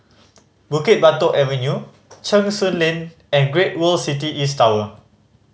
Bukit Batok Avenue Cheng Soon Lane and Great World City East Tower